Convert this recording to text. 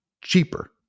cheaper